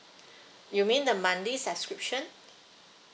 you mean the monthly subscription